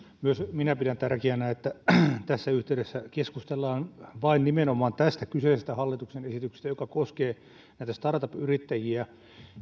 myös minä pidän tärkeänä että tässä yhteydessä keskustellaan vain nimenomaan tästä kyseisestä hallituksen esityksestä joka koskee startup yrittäjiä